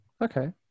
Okay